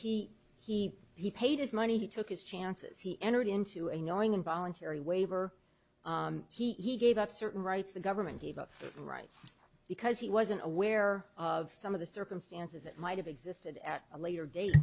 he he he paid his money he took his chances he entered into a knowing and voluntary waiver he gave up certain rights the government gave us rights because he wasn't aware of some of the circumstances it might have existed at a later date